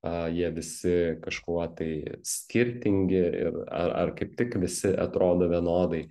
a jie visi kažkuo tai skirtingi ir ar ar kaip tik visi atrodo vienodai